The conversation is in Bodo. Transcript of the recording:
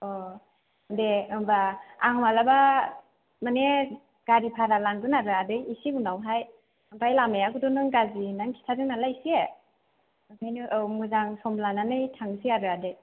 दे होनबा आं माब्लाबा माने गारि भारा लांगोन आरो आदै इसे उनावहाय ओमफ्राय लामाखौथ' नों इसे गाज्रि होननानै खिन्थादों नालाय इसे ओंखायनो औ मोजां सम लानानै थांनोसै आरो आदै